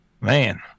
man